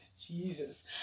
Jesus